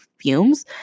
fumes